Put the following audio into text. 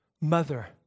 mother